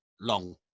long